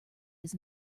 his